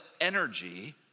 energy